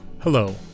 Hello